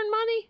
money